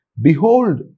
behold